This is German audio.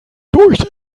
durch